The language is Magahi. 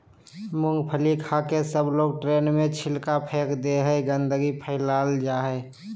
मूँगफली खाके सबलोग ट्रेन में छिलका फेक दे हई, गंदगी फैल जा हई